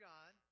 God